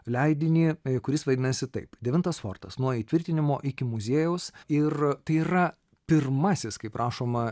leidinį kuris vaidinasi taip devintas fortas nuo įtvirtinimo iki muziejaus ir tai yra pirmasis kaip rašoma